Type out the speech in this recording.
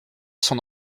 son